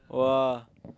!wah!